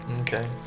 Okay